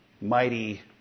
mighty